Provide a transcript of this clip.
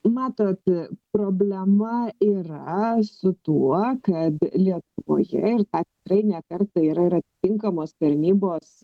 matot problema yra su tuo kad lietuvoje ir tą tikrai ne kartą yra ir atitinkamos tarnybos